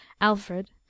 alfred